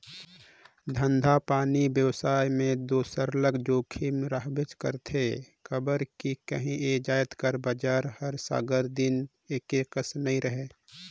धंधापानी बेवसाय में दो सरलग जोखिम रहबेच करथे काबर कि काही जाएत कर बजार हर सगर दिन एके कस नी रहें